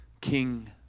king